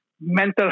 mental